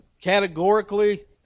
Categorically